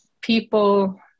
people